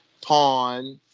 pawn